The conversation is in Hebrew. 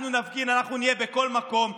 אנחנו נפגין, אנחנו נהיה בכל מקום.